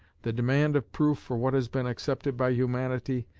the demand of proof for what has been accepted by humanity,